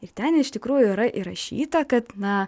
ir ten iš tikrųjų yra įrašyta kad na